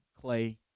Clay